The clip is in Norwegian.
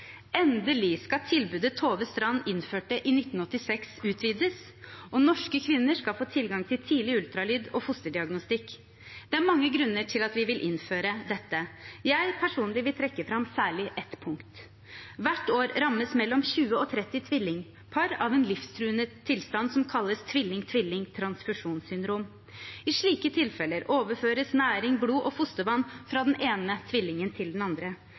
Endelig skal tilbudet Tove Strand Gerhardsen innførte i 1986, utvides, og norske kvinner skal få tilgang til tidlig ultralyd og fosterdiagnostikk. Det er mange grunner til at vi vil innføre dette. Jeg personlig vil trekke fram særlig ett punkt: Hvert år rammes mellom 20 og 30 tvillingpar av en livstruende tilstand som kalles tvilling-tvilling-transfusjonssyndrom. I slike tilfeller overføres næring, blod og fostervann fra den ene tvillingen til den andre.